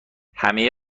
همه